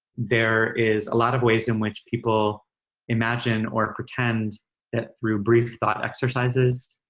there is a lot of ways in which people imagine or pretend that through brief thought exercises,